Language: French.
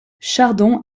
chardon